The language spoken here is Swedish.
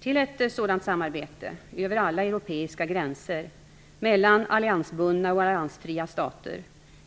Till ett sådant samarbete, över alla europeiska gränser, mellan alliansfria och alliansbundna stater,